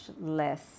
less